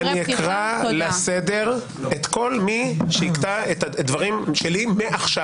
אני אקרא לסדר את כל מי שיקטע את הדברים שלי מעכשיו.